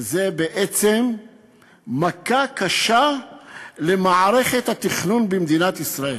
שזה בעצם מכה קשה למערכת התכנון במדינת ישראל.